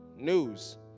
News